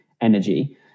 energy